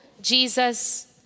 Jesus